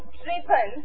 driven